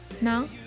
No